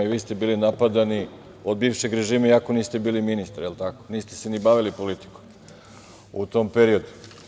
I vi ste bili napadani od bivšeg režima, iako niste bili ministar, niste se ni bavili politikom u tom periodu.